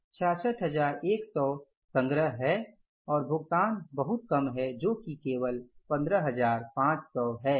66100 संग्रह है और भुगतान बहुत कम है जो कि केवल 15500 है